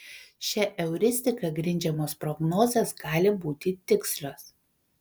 šia euristika grindžiamos prognozės gali būti tikslios